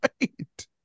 right